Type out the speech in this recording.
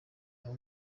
aho